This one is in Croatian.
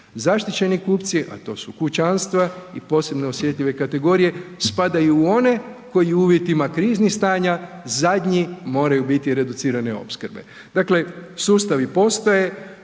Zaštićeni kupci a to su kućanstva i posebno osjetljive kategorije, spadaju u one koje u uvjetima kriznih stanja, zadnji moraju biti reducirane opskrbe. Dakle, sustavi postoje